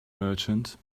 merchant